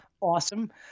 Awesome